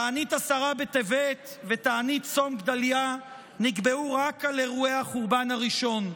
תענית עשרה בטבת ותענית צום גדליה נקבעו רק על אירועי החורבן הראשון,